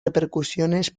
repercusiones